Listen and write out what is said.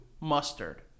mustard